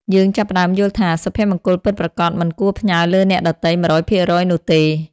យើងចាប់ផ្តើមយល់ថា សុភមង្គលពិតប្រាកដមិនគួរផ្ញើលើអ្នកដទៃ ១០០% នោះឡើយ។